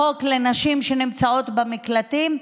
החוק לנשים שנמצאות במקלטים,